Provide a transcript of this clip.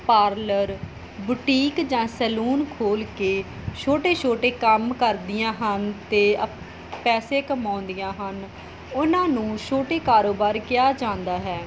parlour boutique ਜਾਂ salon ਖੋਲ੍ਹ ਕੇ ਛੋਟੇ ਛੋਟੇ ਕੰਮ ਕਰਦੀਆਂ ਹਨ ਅਤੇ ਅਪ ਪੈਸੇ ਕਮਾਉਂਦੀਆਂ ਹਨ ਉਹਨਾਂ ਨੂੰ ਛੋਟੇ ਕਾਰੋਬਾਰ ਕਿਹਾ ਜਾਂਦਾ ਹੈ